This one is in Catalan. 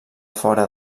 fora